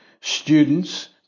students